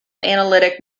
analytic